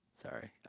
Sorry